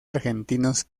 argentinos